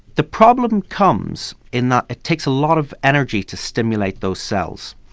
the problem comes in that it takes a lot of energy to stimulate those cells.